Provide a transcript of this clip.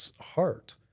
heart